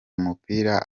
umupira